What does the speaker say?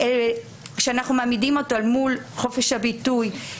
שכשאנחנו מעמידים אותו אל מול חופש הביטוי,